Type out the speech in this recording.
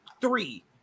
three